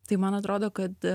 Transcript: tai man atrodo kad